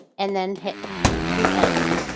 and then hit create.